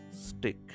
stick